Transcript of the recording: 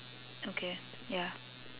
okay ya